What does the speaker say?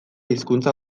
hizkuntza